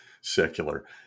secular